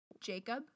Jacob